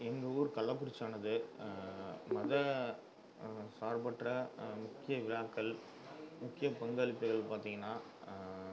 எங்கள் ஊர் கள்ளக்குறிச்சி ஆனது மத சார்பற்ற முக்கிய விழாக்கள் முக்கிய பங்களிப்புகள் பார்த்தீங்கன்னா